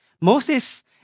Moses